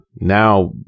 now